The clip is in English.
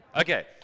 okay